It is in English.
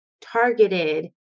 targeted